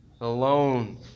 alone